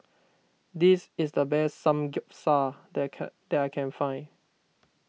this is the best Samgeyopsal that I can that I can find